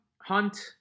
Hunt